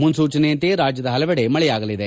ಮುನ್ಸೂಚನೆಯಂತೆ ರಾಜ್ಯದ ಹಲವೆಡೆ ಮಳೆಯಾಗಲಿದೆ